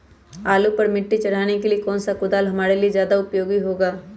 आलू पर मिट्टी चढ़ाने के लिए कौन सा कुदाल हमारे लिए ज्यादा उपयोगी होगा?